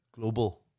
global